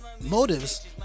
motives